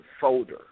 folder